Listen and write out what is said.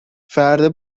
فردا